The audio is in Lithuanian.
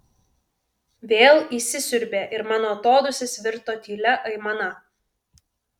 vėl įsisiurbė ir mano atodūsis virto tylia aimana